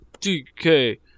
DK